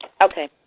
Okay